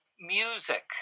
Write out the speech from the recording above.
music